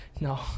No